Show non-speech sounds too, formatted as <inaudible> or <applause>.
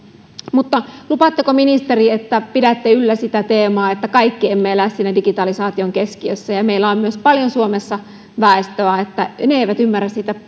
mutta lupaatteko ministeri että pidätte yllä sitä teemaa että kaikki emme elä siinä digitalisaation keskiössä meillä on myös paljon suomessa väestöä jotka eivät ymmärrä sitä <unintelligible>